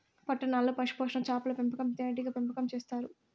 పట్టణాల్లో పశుపోషణ, చాపల పెంపకం, తేనీగల పెంపకం చేత్తారు